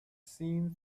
seen